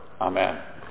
Amen